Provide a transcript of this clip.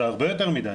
זה הרבה יותר מדי,